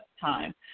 time